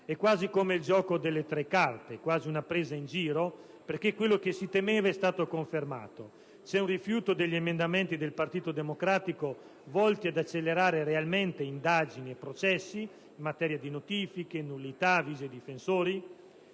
È quasi come il gioco delle tre carte, quasi una presa in giro, perché quello che si temeva è stato confermato. C'è un rifiuto degli emendamenti del Partito Democratico volti ad accelerare realmente indagini e processi in materia di notifiche, nullità, avvisi ai difensori;